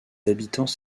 habitants